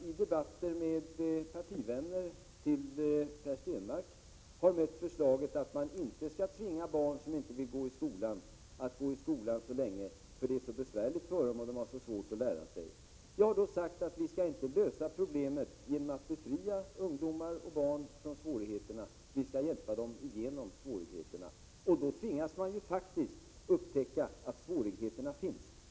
I debatter med partivänner till Per Stenmarck har jag mött förslaget att man inte skall tvinga de barn som inte vill gå i skolan att gå där så länge, eftersom det är så besvärligt för dem och de har så svårt att lära sig något. Vi har sagt att vi inte skall lösa problemen genom att befria ungdomar och barn från svårigheterna, utan vi skall hjälpa dem igenom svårigheterna. Då tvingas man faktiskt att upptäcka att svårigheterna finns.